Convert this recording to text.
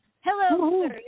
Hello